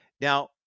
Now